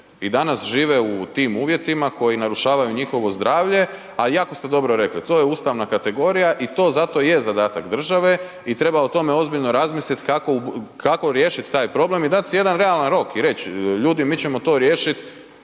I danas žive u tim uvjetima koji narušavaju njihovo zdravlje a jako ste dobro rekli to je ustavna kategorija i to zato i je zadatak države i treba o tome ozbiljno razmisliti kako riješiti taj problem i dati si jedan realan rok i reći ljudi mi ćemo to riješiti